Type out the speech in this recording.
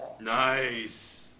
Nice